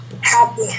Happy